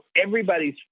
everybody's